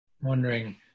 wondering